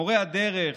מורי הדרך,